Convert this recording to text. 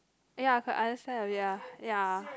ya I could understand ya ya